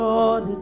Lord